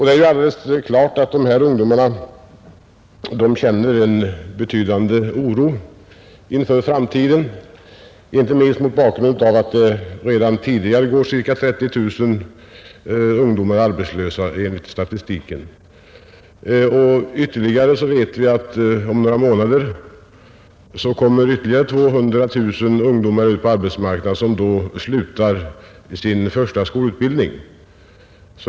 Det är alldeles klart att dessa ungdomar känner en betydande oro inför framtiden, inte minst mot bakgrund av att det redan tidigare går ca 30 000 ungdomar arbetslösa enligt statistiken. Vidare vet vi att om några månader kommer ytterligare 200 000 ungdomar ut på arbetsmarknaden, som då avslutar sin första skolutbildning.